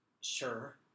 Sure